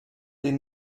den